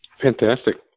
Fantastic